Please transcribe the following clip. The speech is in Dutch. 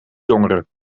jongeren